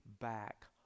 back